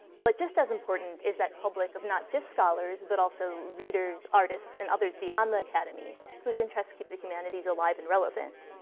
but just as important is that public of not just scholars, but also readers, artists, and others beyond the academy whose interests keep the humanities alive and relevant.